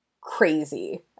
crazy